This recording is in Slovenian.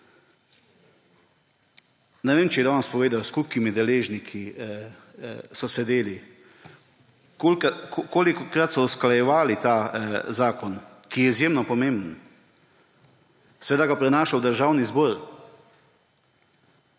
Ne vem, če je danes povedal, s koliko deležniki so sedeli, kolikokrat so usklajevali ta zakon, ki je izjemno pomemben, seveda ga prinaša v Državni zbor.